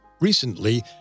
Recently